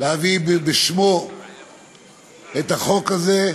להביא בשמו את החוק הזה,